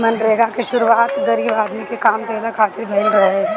मनरेगा के शुरुआत गरीब आदमी के काम देहला खातिर भइल रहे